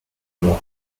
more